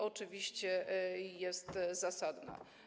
Oczywiście jest ona zasadna.